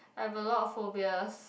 I have a lot of phobias